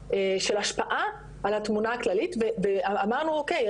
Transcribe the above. השפעה על התמונה הכללית ואמרנו אוקיי,